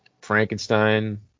Frankenstein